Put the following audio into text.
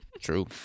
True